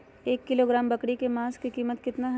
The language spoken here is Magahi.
एक किलोग्राम बकरी के मांस का कीमत कितना है?